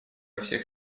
всех